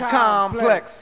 complex